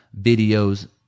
videos